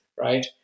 right